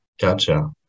Gotcha